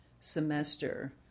semester